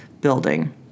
building